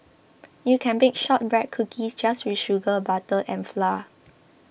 you can bake Shortbread Cookies just with sugar butter and flour